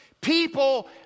People